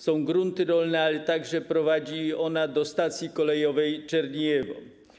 Są grunty rolne, ale także prowadzi ona do stacji kolejowej Czerniejewo.